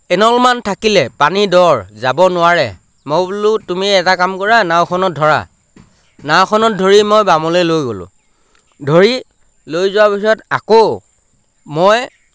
এনলমান থাকিলে পানী দ যাব নোৱাৰে মই বোলো তুমি এটা কাম কৰা নাওখনত ধৰা নাওখনত ধৰি মই বামলৈ লৈ গ'লোঁ ধৰি লৈ যোৱাৰ পিছত আকৌ মই